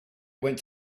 went